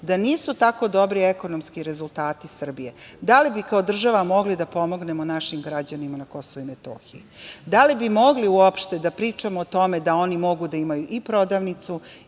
da nisu tako dobri ekonomski rezultati Srbije, da li bi kao država mogli da pomognemo našim građanima na Kosovu i Metohiji? Da li bi mogli uopšte da pričamo o tome da oni mogu da imaju i prodavnicu